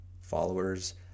followers